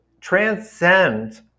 transcend